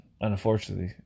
unfortunately